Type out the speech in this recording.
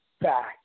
back